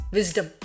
Wisdom